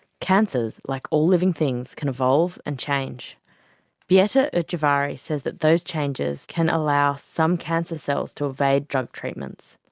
cancers, like all living things, can evolve and change beata ah ujvari says that those changes can allow some cancer cells to evade drug treatments,